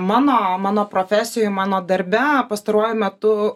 mano mano profesijoj mano darbe pastaruoju metu